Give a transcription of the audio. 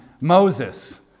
Moses